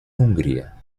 hungría